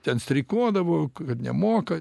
ten streikuodavo kad nemoka